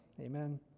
Amen